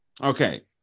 Okay